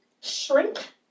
shrink